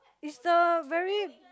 is the very